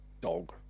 dog